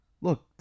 Look